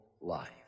life